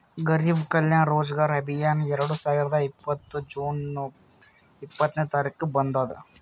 ಗರಿಬ್ ಕಲ್ಯಾಣ ರೋಜಗಾರ್ ಅಭಿಯಾನ್ ಎರಡು ಸಾವಿರದ ಇಪ್ಪತ್ತ್ ಜೂನ್ ಇಪ್ಪತ್ನೆ ತಾರಿಕ್ಗ ಬಂದುದ್